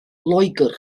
loegr